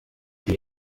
der